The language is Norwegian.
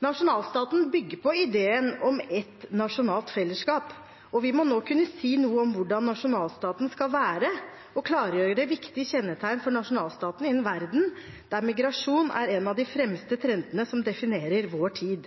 Nasjonalstaten bygger på ideen om ett nasjonalt fellesskap, og vi må nå kunne si noe om hvordan nasjonalstaten skal være, og klargjøre viktige kjennetegn for nasjonalstaten i en verden der migrasjon er en av de fremste trendene som definerer vår tid.